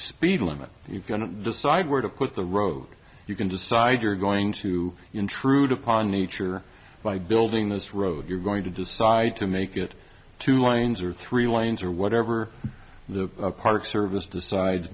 speed limit you're going to decide where to put the road you can decide you're going to intrude upon nature by building this road you're going to decide to make it two lanes or three lanes or whatever the park service decides